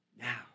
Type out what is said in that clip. now